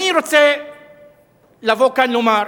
אני רוצה לבוא כאן ולומר: